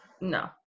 No